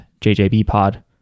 JJBpod